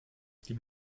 die